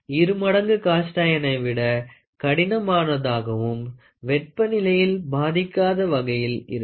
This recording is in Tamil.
இருமடங்கு காஸ்ட் ஐயனை விட கடினமாகவும் வெட்ப நிலையால் பாதிக்காத வகையில் இருக்கும்